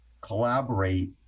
collaborate